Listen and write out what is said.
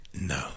No